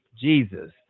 Jesus